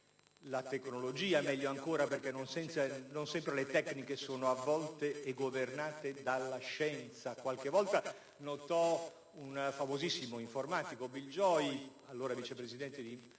la tecnologia, perché non sempre le tecniche sono avvolte e governate dalla scienza. Qualche volta - notò un famosissimo informatico, Bill Joy, allora vice presidente di